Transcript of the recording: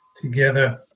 together